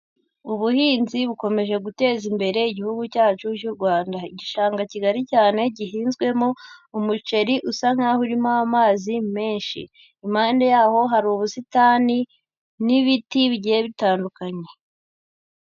Ubuhinzi bukomeje guteza imbere igihugu cyacu cy'u Rwanda, igishanga kigari cyane, gihinzwemo umuceri usa nk'aho urimo amazi menshi, impande yaho hari ubusitani n'ibiti bigiye bitandukanye.